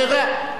בעֵירה.